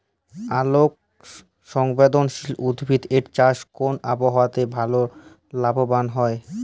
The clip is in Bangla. আলোক সংবেদশীল উদ্ভিদ এর চাষ কোন আবহাওয়াতে ভাল লাভবান হয়?